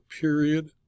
period